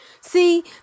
See